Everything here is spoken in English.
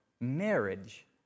marriage